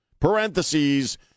Parentheses